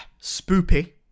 spoopy